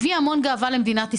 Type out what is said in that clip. הביאה המון גאווה למדינת ישראל,